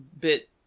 bit